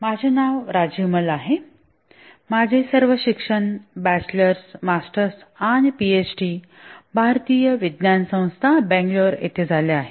माझे नाव राजीब मल्ल आहे माझे सर्व शिक्षण बॅचलर्स मास्टर्स आणि पीएचडी भारतीय विज्ञान संस्था बंगलोर येथे झाले आहे